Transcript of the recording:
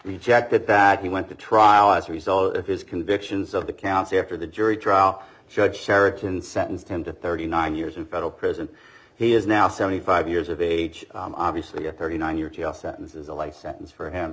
rejected that he went to trial as a result of his convictions of the counts after the jury trial should sheraton sentenced him to thirty nine years in federal prison he is now seventy five years of age obviously a thirty nine year jail sentence is a life sentence for him